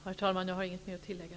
Herr talman! Jag har inget att tillägga.